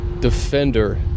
defender